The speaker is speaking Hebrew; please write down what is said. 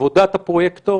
עבודת הפרויקטור